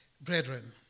Brethren